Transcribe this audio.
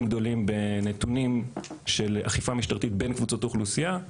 גדולים בנתונים של אכיפה משטרתית בין קבוצות אוכלוסייה.